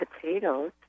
potatoes